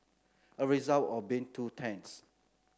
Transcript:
a result of being two tents